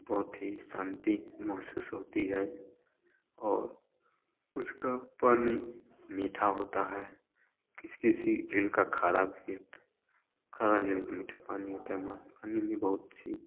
बहुत ही शांति महसूस होती है और उसका पानी मीठा होता है किसी किसी झील का खारा भी होता है खारा झील का मीठा पानी होता है मा पानी भी बहुत सी